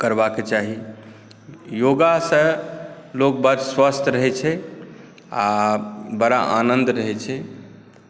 करबाक चाही योगासँ लोक बड स्वस्थ रहै छै आ बड़ा आनन्द रहै छै